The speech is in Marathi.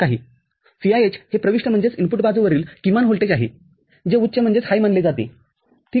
VIH हे प्रविष्ट बाजूवरील किमान व्होल्टेज आहे जे उच्चमानले जातेठीक आहे